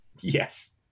Yes